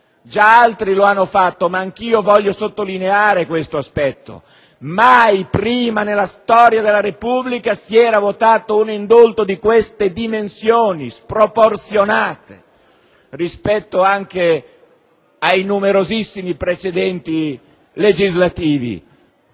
Già altri lo hanno fatto, ma anche io voglio sottolineare questo aspetto: mai prima nella storia della Repubblica si era votato un indulto di queste dimensioni sproporzionate anche rispetto ai numeri precedenti legislativi.